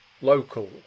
local